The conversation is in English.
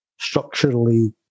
structurally